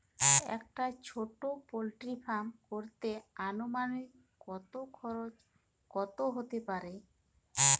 একটা ছোটো poultry farm করতে আনুমানিক কত খরচ কত হতে পারে?